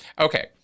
Okay